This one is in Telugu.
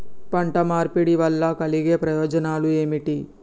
పంట మార్పిడి వల్ల కలిగే ప్రయోజనాలు ఏమిటి?